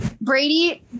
Brady